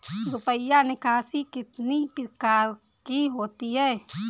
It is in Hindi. रुपया निकासी कितनी प्रकार की होती है?